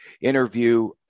interview